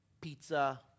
pizza